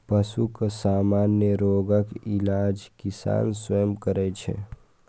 पशुक सामान्य रोगक इलाज किसान स्वयं करै छै